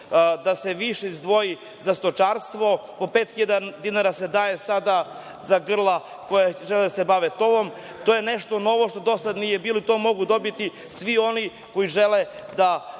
da se više izdvoji za stočarstvo, po pet hiljada dinara se daje sada za grla koja žele da se bave tovom. To je nešto novo što do sada nije bilo i to mogu dobiti svi oni koji žele da